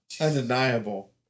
undeniable